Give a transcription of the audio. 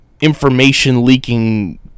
information-leaking